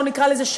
נקרא לזה,